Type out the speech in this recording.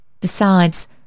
Besides